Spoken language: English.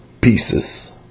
pieces